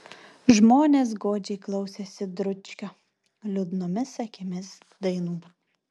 žmonės godžiai klausėsi dručkio liūdnomis akimis dainų